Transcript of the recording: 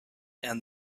and